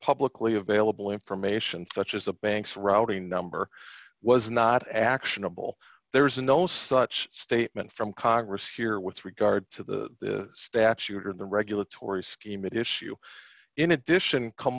publicly available information such as a bank's routing number was not actionable there is no such statement from congress here with regard to the statute or the regulatory scheme issue in addition come